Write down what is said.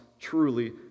truly